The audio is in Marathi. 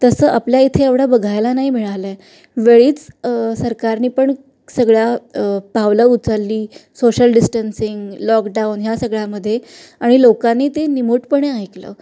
तसं आपल्या इथे एवढं बघायला नाही मिळालं आहे वेळीच सरकारने पण सगळ्या पावलं उचचली सोशल डिस्टन्सिंग लॉकडाऊन ह्या सगळ्यामध्ये आणि लोकांनी ते निमूटपणे ऐकलं